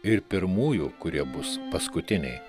ir pirmųjų kurie bus paskutiniai